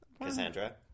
Cassandra